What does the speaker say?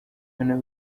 noneho